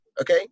Okay